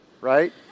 right